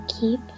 Keep